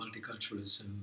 multiculturalism